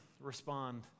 respond